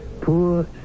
Poor